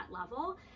level